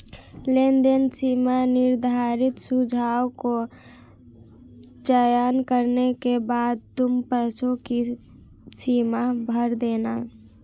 लेनदेन सीमा निर्धारित सुझाव को चयन करने के बाद तुम पैसों की सीमा भर देना